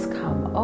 come